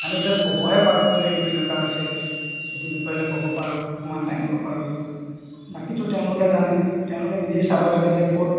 আমি জাষ্ট ক'বহে পাৰোঁ বোলে সেইটো এনেকুৱা হৈছে এইটো বিষয়লৈ ক'ব পাৰোঁ মাত দাঙিব পাৰোঁ বাকীতো তেওঁলোকে জানে তেওঁলোকে নিজেই চাব লাগে যে ক'ত